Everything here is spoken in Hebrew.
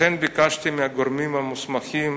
לכן ביקשתי מהגורמים המוסמכים